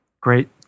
Great